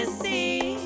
see